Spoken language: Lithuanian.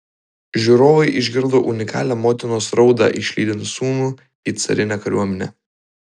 žiūrovai išgirdo unikalią motinos raudą išlydint sūnų į carinę kariuomenę